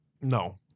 No